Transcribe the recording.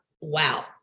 wow